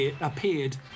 appeared